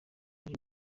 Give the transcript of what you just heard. ari